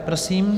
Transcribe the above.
Prosím.